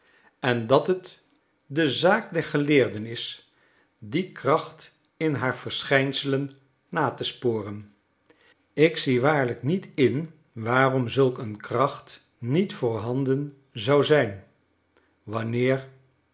en dat het de zaak der geleerden is die kracht in haar verschijnselen na te sporen ik zie waarlijk niet in waarom zulk een kracht niet voorhanden zou zijn wanneer